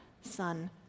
son